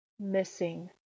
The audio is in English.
Missing